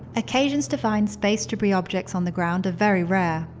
occasions to find space debris objects on the ground are very rare.